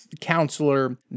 counselor